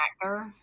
actor